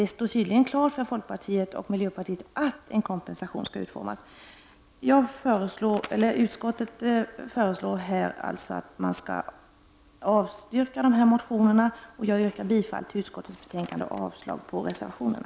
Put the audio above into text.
Det står tydligen klart för folkpartiet och miljöpartiet art kompensation skall utgå. Utskottet avstyrker motionerna i fråga, och jag yrkar bifall till utskottets hemställan och avslag på reservationerna.